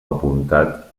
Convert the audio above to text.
apuntat